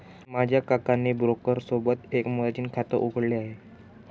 माझ्या काकाने ब्रोकर सोबत एक मर्जीन खाता उघडले आहे